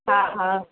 हाँ हाँ